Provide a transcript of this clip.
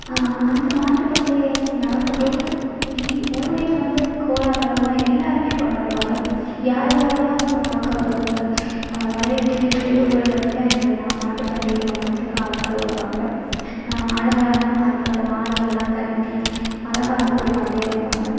அந்த மாட்டு பந்தய நடக்கும்போது வீ ஊரே வந்து கோலாகலமாக எல்லாருமே கொண்டாடுவாங்க யார் யாரோலாம் வந்து பார்க்க வருவாங்க நிறைய பெரிய பெரிய ஊர்களில் இருந்துலாம் எங்கள் நான் மாட்டு பந்தயத்தை பார்க்கறதுக்கு ஆட்கள் வருவாங்க அழகழகான மாட்கள் மாடுகள் எல்லாம் கட்டி அழகாக அதுக்கொரு பந்தயம் வைப்பாங்க